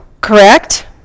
correct